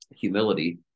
humility